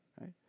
right